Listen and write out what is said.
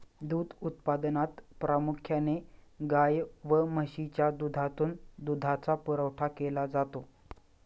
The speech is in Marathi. दूध उत्पादनात प्रामुख्याने गाय व म्हशीच्या दुधातून दुधाचा पुरवठा केला जातो